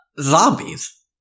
zombies